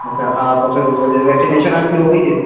اچھا ہاں تو پھر اس وجہ سے ویکسینشن آپ کی ہو گئی ہے